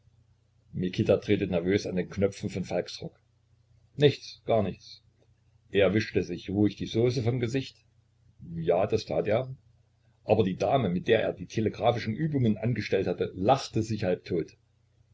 mikita drehte nervös an den knöpfen von falks rock nichts gar nichts er wischte sich ruhig die sauce vom gesicht ja das tat er aber die dame mit der er die telegraphischen übungen angestellt hatte lachte sich halb tot